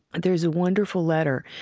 there's a wonderful letter.